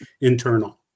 internal